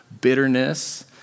bitterness